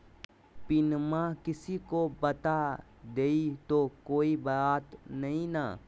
पिनमा किसी को बता देई तो कोइ बात नहि ना?